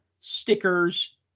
stickers